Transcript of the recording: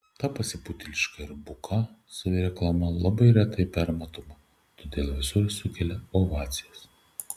ta pasipūtėliška ir buka savireklama labai retai permatoma todėl visur sukelia ovacijas